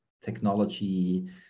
technology